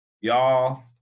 y'all